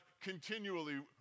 continually